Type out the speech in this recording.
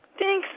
Thanks